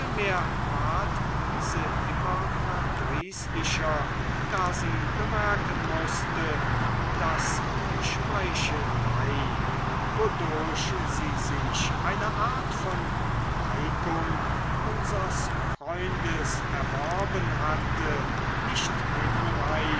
vielmehr ward diese immer verdrießlicher da sie bemerken mußte daß die schmeichelei wodurch sie sich eine art von neigung unsers freundes erworben hatte nicht hinreiche